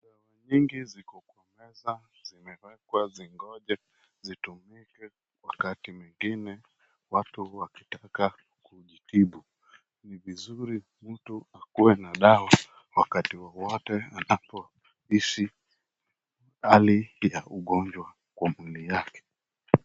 Dawa nyingi ziko kwa meza zimewekwa zingoje zitumike wakati mwingine watu wakitaka kujitibu. Ni vizuri mtu akuwe na dawa wakati wowote anapohisi hali ya ugonjwa kwa mwili yake.